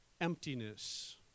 emptiness